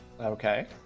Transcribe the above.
okay